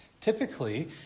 Typically